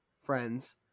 friends